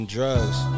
Drugs